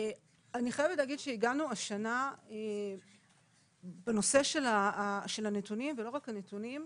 אני חייבת להגיד שהגענו השנה בנושא של הנתונים ולא רק הנתונים,